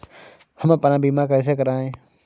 हम अपना बीमा कैसे कराए?